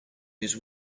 his